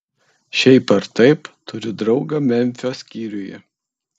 šiaip ar taip turiu draugą memfio skyriuje